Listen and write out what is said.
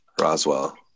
Roswell